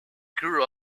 grew